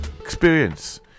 experience